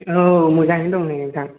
औ मोजाङैनो दं नै नोंथां